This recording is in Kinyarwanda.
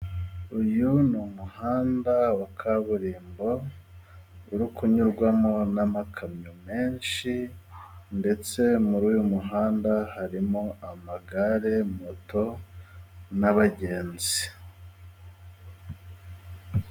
Uyu ni umuhanda wa kaburimbo, uri kunyurwamo n'amakamyo menshi, ndetse muri uyu muhanda, harimo amagare moto n'abagenzi.